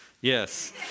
Yes